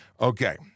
Okay